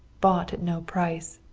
bought at no price.